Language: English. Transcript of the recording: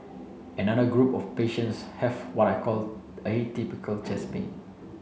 another group of patients have what I call atypical chest pain